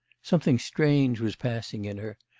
something strange was passing in her,